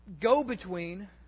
go-between